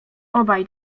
obaj